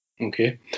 Okay